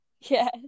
Yes